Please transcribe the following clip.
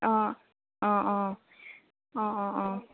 অঁঁ অঁ অঁ অঁ অঁ অঁ